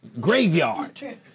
graveyard